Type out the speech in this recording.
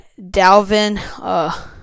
Dalvin